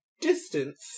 distance